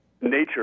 nature